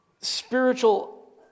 spiritual